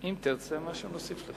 אם תרצה, נוסיף לך.